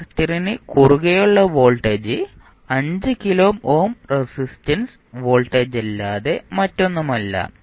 കപ്പാസിറ്ററിന് കുറുകെയുള്ള voltage 5 kilo ohm resistance വോൾട്ടേജല്ലാതെ മറ്റൊന്നുമല്ല